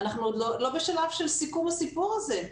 אנחנו עוד לא בשלב של סיכום הסיפור הזה.